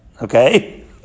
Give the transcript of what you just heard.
Okay